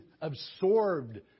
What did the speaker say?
absorbed